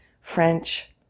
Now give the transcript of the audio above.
French